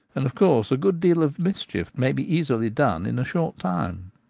and of course a good deal of mischief may be easily done in a short time.